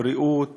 הבריאות